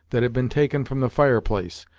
that had been taken from the fire place,